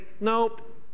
nope